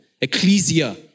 Ecclesia